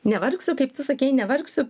nevargsiu kaip tu sakei nevargsiu